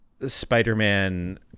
spider-man